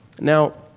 Now